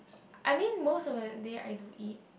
I mean most of the day I do eat